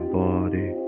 body